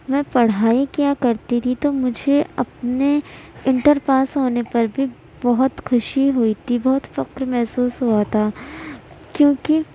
میں پڑھائی کیا کرتی تھی تو مجھے اپنے انٹر پاس ہونے پر بھی بہت خوشی ہوئی تھی بہت فخر محسوس ہوا تھا کیوں کہ